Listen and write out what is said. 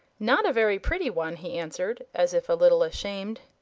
not a very pretty one, he answered, as if a little ashamed.